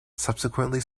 subsequently